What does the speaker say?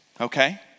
Okay